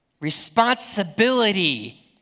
responsibility